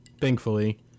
thankfully